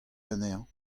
anezhañ